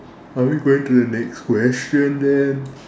are we going to the next question then